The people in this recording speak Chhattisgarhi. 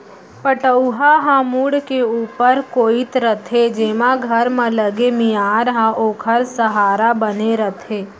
पटउहां ह मुंड़ के ऊपर कोइत रथे जेमा घर म लगे मियार ह ओखर सहारा बने रथे